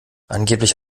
angeblich